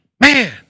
Man